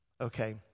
Okay